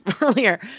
earlier